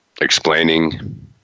explaining